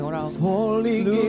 Falling